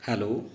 hello